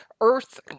earth